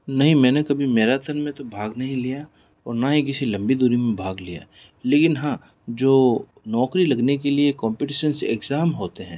नहीं मैंने कभी मैराथन में तो भाग नहीं लिया और ना ही किसी लंबी दूरी में भाग लिया लेकिन हाँ जो नौकरी लगने के लिए कॉम्पटीशन से एग्जाम होते हैं